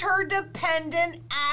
interdependent